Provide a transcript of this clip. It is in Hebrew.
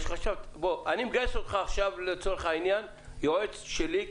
אני מגייס אותך עכשיו לצורך העניין כיועץ שלי,